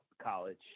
college